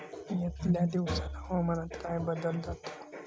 यतल्या दिवसात हवामानात काय बदल जातलो?